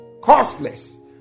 costless